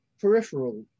peripheral